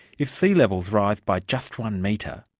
if sea levels rise by just one metre,